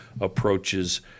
approaches